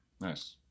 Nice